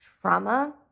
trauma